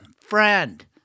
friend